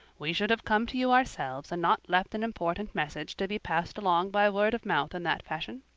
we should have come to you ourselves and not left an important message to be passed along by word of mouth in that fashion.